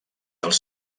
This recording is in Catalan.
els